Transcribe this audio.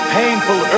painful